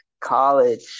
college